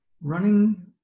running